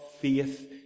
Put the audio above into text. faith